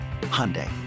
Hyundai